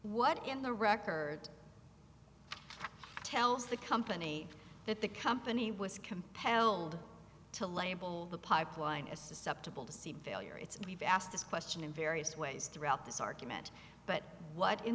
what in the record tells the company that the company was compelled to label the pipeline as susceptible to see failure its we've asked this question in various ways throughout this argument but what in